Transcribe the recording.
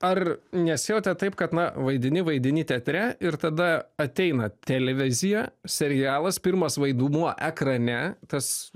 ar nesijautė taip kad na vaidini vaidini teatre ir tada ateina televizija serialas pirmas vaidmuo ekrane tas